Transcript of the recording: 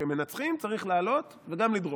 כשמנצחים צריך לעלות וגם לדרוך,